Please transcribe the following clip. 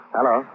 Hello